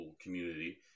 community